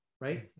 right